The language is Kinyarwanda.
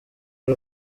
y’u